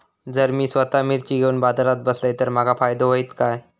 जर मी स्वतः मिर्ची घेवून बाजारात बसलय तर माका फायदो होयत काय?